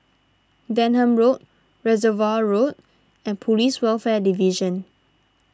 Denham Road Reservoir Road and Police Welfare Division